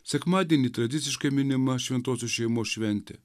sekmadienį tradiciškai minima šventosios šeimos šventė